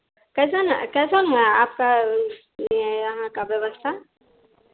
कैसन है कैसन है आपका ये यहाँ का व्यवस्था